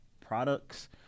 products